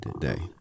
today